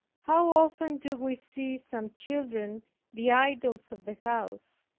how often do we see some children the idols of the house,